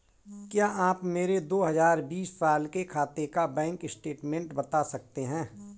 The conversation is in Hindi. क्या आप मेरे दो हजार बीस साल के खाते का बैंक स्टेटमेंट बता सकते हैं?